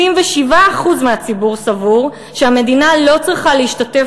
77% מהציבור סבורים שהמדינה לא צריכה להשתתף